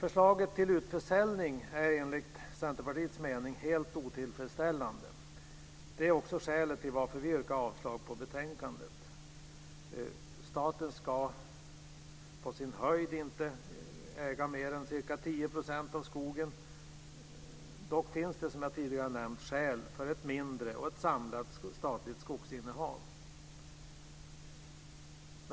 Förslaget till utförsäljning är enligt Centerpartiets mening helt otillfredsställande. Det är också skälet till att vi yrkar avslag på förslaget i betänkandet. Staten ska inte äga mer än på sin höjd ca 10 % av skogen. Dock finns det som jag tidigare nämnt skäl för att ha ett mindre och samlat skogsinnehav.